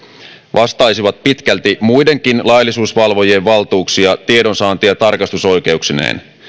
vastaisivat pitkälti muidenkin laillisuusvalvojien valtuuksia tiedonsaanti ja tarkastusoikeuksineen